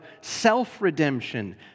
self-redemption